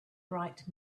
bright